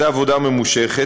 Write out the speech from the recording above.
אחרי עבודה ממושכת,